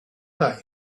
time